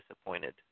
disappointed